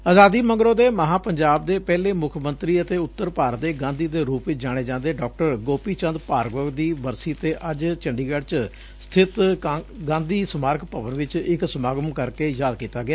ਅਜ਼ਾਦੀ ਮਗਰੋ ਦੇ ਮਹਾਂ ਪੰਜਾਬ ਦੇ ਪਹਿਲੇ ਮੁੱਖ ਮੰਤਰੀ ਅਤੇ ਉੱਤਰ ਭਾਰਤ ਦੇ ਗਾਧੀ ਦੇ ਰੁਮ ਚ ਜਾਣੇ ਜਾਂਦੇ ਡਾਕਟਰ ਗੋਪੀਚੰਦ ਭਾਰਗਵ ਦੀ ਬਰਸੀ ਤੇ ਅੱਜ ਚੰਡੀਗੜ੍ ਚ ਸਬਿਤ ਗਾਂਧੀ ਸਮਾਰਕ ਭਵਨ ਵਿਚ ਇਕ ਸਮਾਗਮ ਕਰ ਕੇ ਯਾਦ ਕੀਤਾ ਗਿਆ